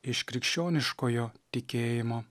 iš krikščioniškojo tikėjimo